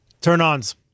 Turn-ons